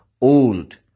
old